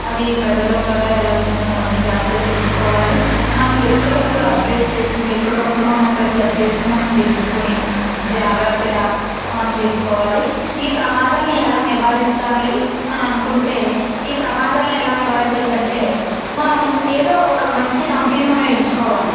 అది ప్రజలలోకి కూడా ఎలా వెళ్తుంది మనం అన్ని జాగ్రత్తగా తెలుస్కోవాలి మనం ఎప్పటికప్పుడు అప్డేట్ చేస్కొని ఎప్పటికప్పుడు మనం ప్రతి అప్డేట్స్ మనం తెలుసుకొని జాగ్రత్తగా మనం చేస్కొవాలి ఈ ప్రమాదాలని ఎలా నివారించాలి అననుకుంటే ఈ ప్రమాదాలని ఎలా నివారించచ్చంటే మనం ఏదో ఒక మంచి కంపెనీని మనం ఎంచుకోవాలి